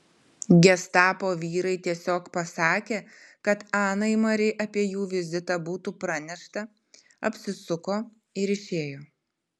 gestapo vyrai tiesiog pasakė kad anai mari apie jų vizitą būtų pranešta apsisuko ir išėjo